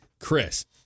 Chris